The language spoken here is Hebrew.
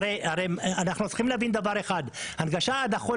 הרי אנחנו צריכים להבין דבר אחד: הנגשה עד החול